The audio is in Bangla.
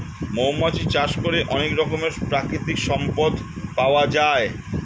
মৌমাছি চাষ করে অনেক রকমের প্রাকৃতিক সম্পদ পাওয়া যায়